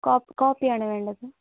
കോപ്പിയാണ് വേണ്ടത്